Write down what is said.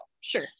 Sure